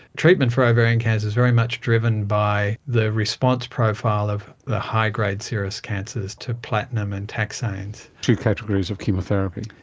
treatment for ovarian cancer is very much driven by the response profile of the high-grade serous cancers to platinum and taxanes. two categories of chemotherapy.